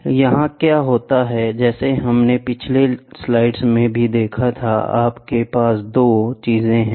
तो यहाँ क्या होता है जैसे हमने पिछली स्लाइड्स में भी देखा था आपके पास दो चीजें हैं